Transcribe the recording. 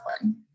one